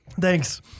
Thanks